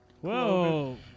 Whoa